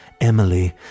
Emily